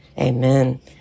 Amen